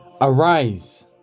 Arise